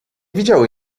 widziały